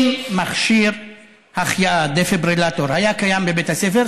אם מכשיר החייאה דפיברילטור היה קיים בבית הספר,